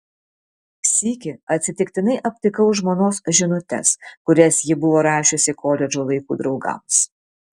sykį atsitiktinai aptikau žmonos žinutes kurias ji buvo rašiusi koledžo laikų draugams